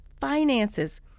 finances